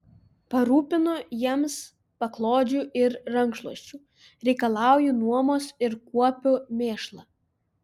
parūpinu jiems paklodžių ir rankšluosčių reikalauju nuomos ir kuopiu mėšlą